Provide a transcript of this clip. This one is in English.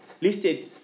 listed